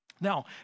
Now